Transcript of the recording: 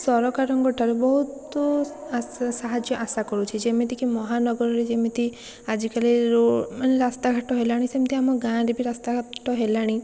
ସରକାରଙ୍କଠାରୁ ବହୁତ ଆଶା ସାହାଯ୍ୟ ଆଶା କରୁଛି ଯେମିତିକି ମହାନଗରରେ ଯେମିତି ଆଜିକାଲି ଯେଉଁ ମାନେ ରାସ୍ତାଘାଟ ହେଲାଣି ସେମିତି ବି ଆମ ଗାଁରେ ରାସ୍ତା ଘାଟ ହେଲାଣି